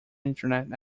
internet